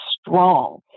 strong